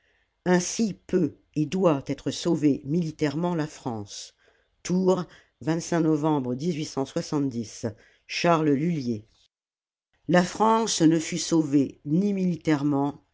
ainsi peut et doit être sauvée militairement la rance ou novembre charles lullier la france ne fut sauvée ni